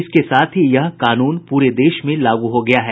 इसके साथ ही यह कानून पूरे देश में लागू हो गया है